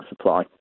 supply